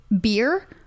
beer